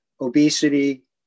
obesity